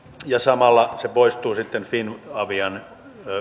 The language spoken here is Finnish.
ja samalla se poistuu sitten finavian